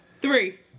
Three